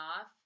off